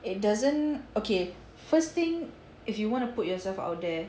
it doesn't okay first thing if you want to put yourself out there